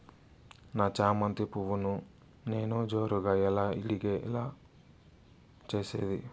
నా చామంతి పువ్వును నేను జోరుగా ఎలా ఇడిగే లో చేసేది?